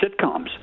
sitcoms